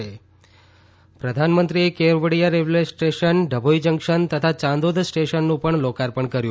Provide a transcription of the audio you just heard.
આ ઉપરાંત પ્રધાનમંત્રી Kevadia railway station Dabhoi junction તથા યાંદોદ સ્ટેશનનું પણ લોકાર્પણ કર્યું